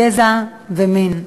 גזע ומין.